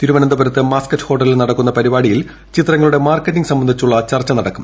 തിരുവനന്തപുരത്ത് മാസ്ക്കറ്റ് ഹോട്ടലിൽ നടക്കുന്ന പരിപാടിയിൽ ചിത്രങ്ങളുടെ മാർക്കറ്റിങ് സംബന്ധിച്ചുള്ള ചർച്ച നടക്കും